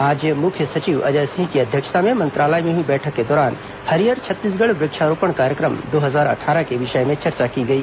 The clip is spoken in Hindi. आज मुख्य सचिव अजय सिंह की अध्यक्षता में मंत्रालय में हुई बैठक के दौरान हरियर छत्तीसगढ़ वृक्षारोपण कार्यक्रम दो हजार अट्ठारह के विषय में चर्चा की गई